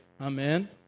Amen